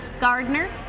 Gardner